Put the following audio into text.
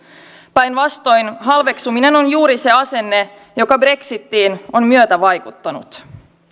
päinvastoin halveksuminen on juuri se asenne joka brexitiin on myötävaikuttanut